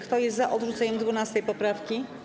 Kto jest za odrzuceniem 12. poprawki?